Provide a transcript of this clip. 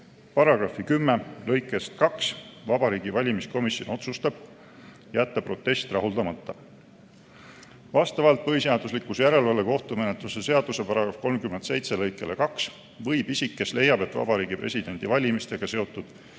seaduse § 10 lõikest 2, Vabariigi Valimiskomisjon otsustab: jätta protest rahuldamata. Vastavalt põhiseaduslikkuse järelevalve kohtumenetluse seaduse § 37 lõikele 2 võib isik, kes leiab, et Vabariigi Presidendi valimistega seotud